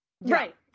Right